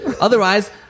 otherwise